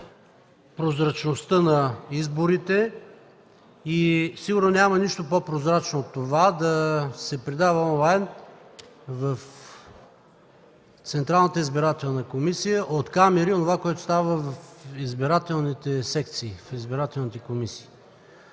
прозрачността на изборите. Сигурно няма нищо по-прозрачно от това да се предава онлайн в Централната избирателна комисия от камери онова, което става в избирателните секции, в избирателните комисии.